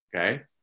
Okay